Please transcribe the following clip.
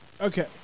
okay